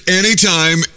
anytime